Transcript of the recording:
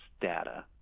data